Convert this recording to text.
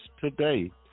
today